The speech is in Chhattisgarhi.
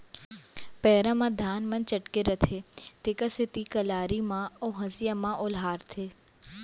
पैरा म धान मन चटके रथें तेकर सेती कलारी म अउ हँसिया म ओलहारथें